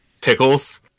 pickles